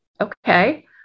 Okay